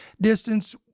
distance